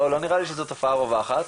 לא נראה לי שזו תופעה רווחת.